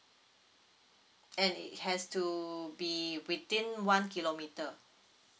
and it has to be within one kilometre